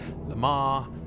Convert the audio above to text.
Lamar